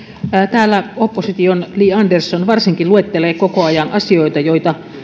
täällä varsinkin opposition li andersson luettelee koko ajan asioita joita